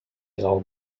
grau